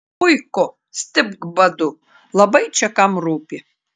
puiku stipk badu labai čia kam rūpi